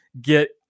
get